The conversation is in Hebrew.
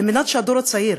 על מנת שהדור הצעיר,